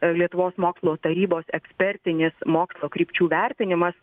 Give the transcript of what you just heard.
lietuvos mokslo tarybos ekspertinis mokslo krypčių vertinimas